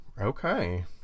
Okay